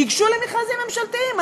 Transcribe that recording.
ייגשו למכרזים ממשלתיים.